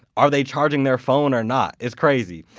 are they charging their phone or not? it's crazy.